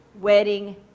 wedding